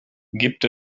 gibt